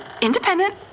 independent